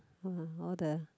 hmm all the